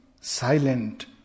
silent